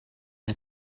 had